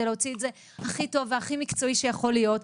להוציא את זה הכי טוב והכי מקצועי שיכול להיות.